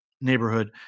neighborhood